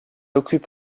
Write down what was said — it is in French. occupe